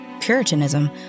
Puritanism